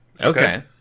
Okay